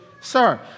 sir